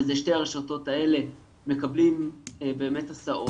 אבל שתי הרשתות האלה מקבלים באמת הסעות.